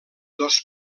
dos